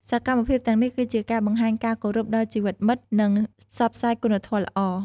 សកម្មភាពទាំងនេះគឺជាការបង្ហាញការគោរពដល់ជីវិតមិត្ត និងផ្សព្វផ្សាយគុណធម៌ល្អ។